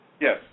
Yes